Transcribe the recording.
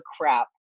crap